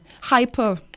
hyper